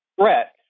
threat